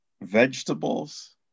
vegetables